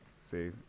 See